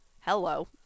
hello